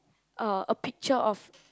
uh a picture of